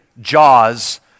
Jaws